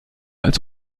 als